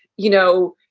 you know,